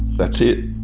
that's it.